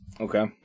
Okay